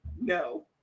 No